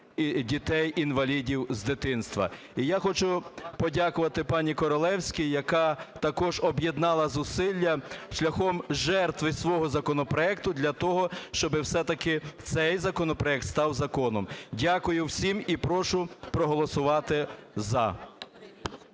дітей-інвалідів з дитинства. І я хочу подякувати пані Королевській, яка також об'єднала зусилля шляхом жертви свого законопроекту для того, щоби все-таки цей законопроект став законом. Дякую всім. І прошу проголосувати "за".